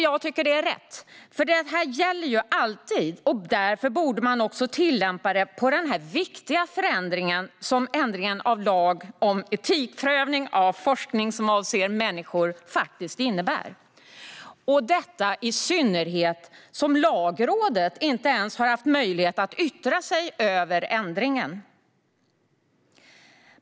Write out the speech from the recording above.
Jag tycker att det är rätt, för detta gäller alltid. Därför borde man tillämpa det också på den viktiga förändring som ändringen av lagen om etikprövning av forskning som avser människor innebär - detta i synnerhet som Lagrådet inte ens har haft möjlighet att yttra sig över ändringen.